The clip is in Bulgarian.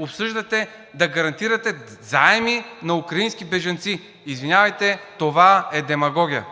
обсъждате да гарантирате заеми на украински бежанци. Извинявайте, но това е демагогия.